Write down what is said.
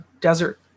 desert